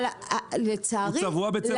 אל תעליבי, הם עדיין מיליארד סינים, תיזהרי.